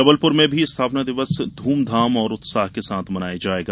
जबलपुर में भी स्थापना दिवस धमधाम और उत्साह के साथ मनाया जायेगा